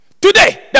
Today